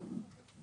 אושר.